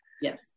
Yes